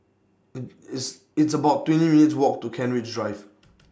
IT It's It's about twenty minutes' Walk to Kent Ridge Drive